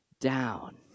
down